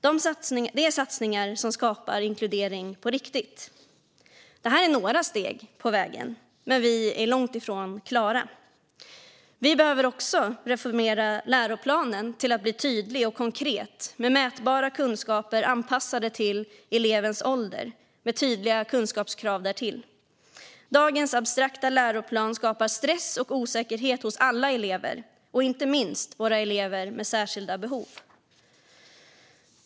Det är satsningar som skapar inkludering på riktigt. Detta är några steg på vägen, men vi är långt ifrån klara. Vi behöver också reformera läroplanen så att den blir tydlig och konkret med mätbara kunskaper anpassade till elevernas ålder, med tydliga kunskapskrav därtill. Dagens abstrakta läroplan skapar stress och osäkerhet hos alla elever, inte minst våra elever med särskilda behov.